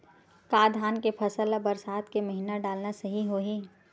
का धान के फसल ल बरसात के महिना डालना सही होही?